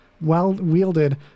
well-wielded